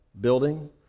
building